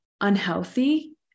unhealthy